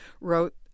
wrote